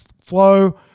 flow